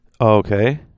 Okay